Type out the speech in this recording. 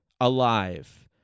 alive